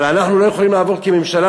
אבל אנחנו לא יכולים לעבור כממשלה